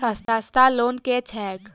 सस्ता लोन केँ छैक